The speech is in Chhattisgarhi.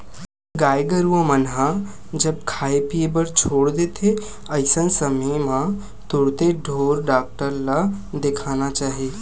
गाय गरुवा मन ह जब खाय पीए बर छोड़ देथे अइसन समे म तुरते ढ़ोर डॉक्टर ल देखाना चाही